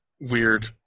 weird